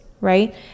right